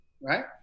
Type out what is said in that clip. right